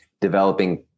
developing